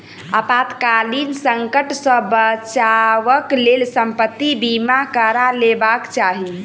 आपातकालीन संकट सॅ बचावक लेल संपत्ति बीमा करा लेबाक चाही